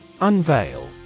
Unveil